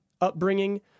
upbringing